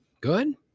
good